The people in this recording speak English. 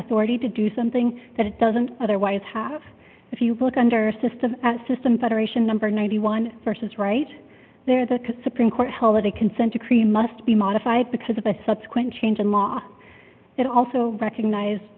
authority to do something that it doesn't otherwise have if you book under system as system federation number ninety one versus right there the supreme court held that a consent decree must be modified because of a subsequent change in law it also recognize